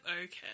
Okay